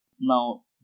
now